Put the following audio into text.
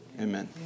Amen